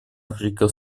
африки